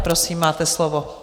Prosím, máte slovo.